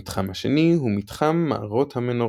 המתחם השני הוא "מתחם מערות המנורה".